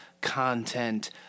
Content